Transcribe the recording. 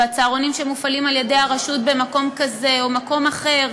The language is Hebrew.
והצהרונים שמופעלים על ידי הרשות במקום כזה או מקום אחר,